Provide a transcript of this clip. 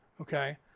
Okay